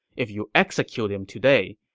if you execute him today,